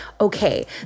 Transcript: okay